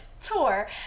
tour